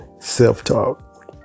self-talk